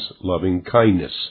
loving-kindness